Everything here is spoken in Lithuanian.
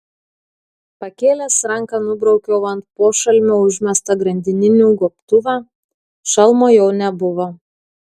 pakėlęs ranką nubraukiau ant pošalmio užmestą grandininių gobtuvą šalmo jau nebuvo